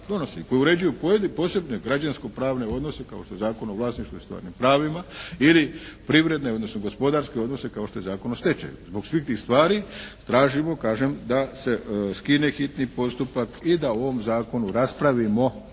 koji uređuju posebne građansko-pravne odnose kao što je Zakon o vlasništvu i stvarnim pravima ili privredne, odnosno gospodarske odnose kao što je Zakon o stečaju. Zbog svih tih stvari tražimo kažem da se skine hitni postupak i da o ovom zakonu raspravimo